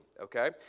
okay